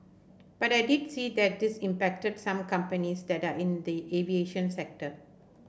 but I did see that this impacted some companies that are in the aviation sector